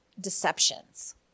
deceptions